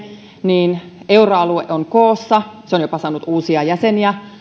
niin euroalue on koossa ja se on jopa saanut uusia jäseniä